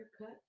cut